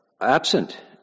absent